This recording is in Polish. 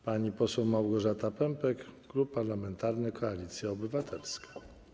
Pani poseł Małgorzata Pępek, Klub Parlamentarny Koalicja Obywatelska.